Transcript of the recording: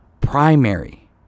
primary